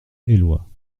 éloie